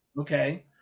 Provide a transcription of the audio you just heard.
Okay